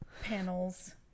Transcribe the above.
panels